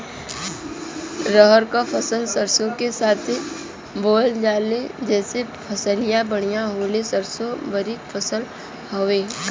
रहर क फसल सरसो के साथे बुवल जाले जैसे फसलिया बढ़िया होले सरसो रबीक फसल हवौ